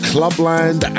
Clubland